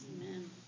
Amen